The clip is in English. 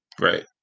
right